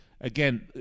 Again